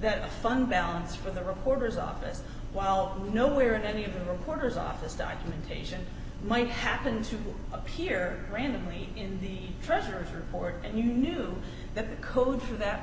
that a fun balance for the reporter's office while nowhere in any of the reporter's office documentation might happen to appear randomly in the treasurer's report and you knew that the code for that